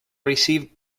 received